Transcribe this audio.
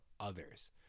others